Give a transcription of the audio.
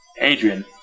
Adrian